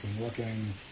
looking